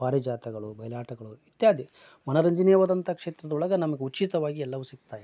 ಪಾರಿಜಾತಗಳು ಬಯಲಾಟಗಳು ಇತ್ಯಾದಿ ಮನರಂಜನೀಯವಾದಂಥ ಕ್ಷೇತ್ರದೊಳಗೆ ನಮಗೆ ಉಚಿತವಾಗಿ ಎಲ್ಲವೂ ಸಿಗ್ತಾಯಿತ್ತು